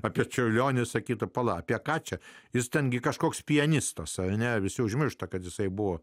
apie čiurlionį sakyta pala apie ką čia jis ten kažkoks pianistas ar ne visi užmiršta kad jisai buvo